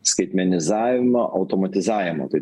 skaitmenizavimo automatizavimo tai